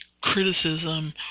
criticism